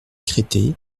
cretté